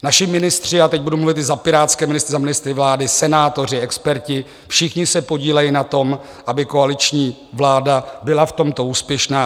Naši ministři, já teď budu mluvit za pirátské ministry, za ministry vlády, senátoři, experti, všichni se podílejí na tom, aby koaliční vláda byla v tomto úspěšná.